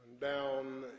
down